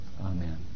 Amen